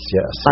yes